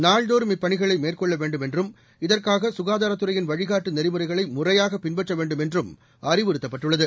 நாள்தோறும் இப்பணிகளை மேற்கொள்ள வேண்டுமென்றும் இதற்கான சுகாதாரத்துறையின் வழிகாட்டு நெறிமுறைகளை முறையாக பின்பற்ற வேண்டும் என்றும் அறிவுறுத்தப்பட்டுள்ளது